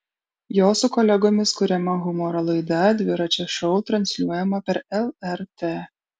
jo su kolegomis kuriama humoro laida dviračio šou transliuojama per lrt